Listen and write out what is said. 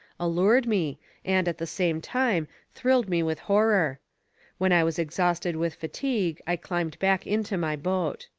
allured me and, at the same time, thrilled me with horror when i was exhausted with fatigue, i climbed back into my boat.